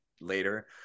later